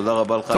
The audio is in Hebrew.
תודה רבה לך.